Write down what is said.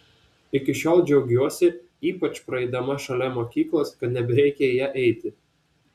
iki šiol džiaugiuosi ypač praeidama šalia mokyklos kad nebereikia į ją eiti